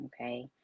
okay